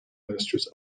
ministers